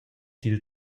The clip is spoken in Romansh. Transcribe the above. dil